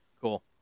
Cool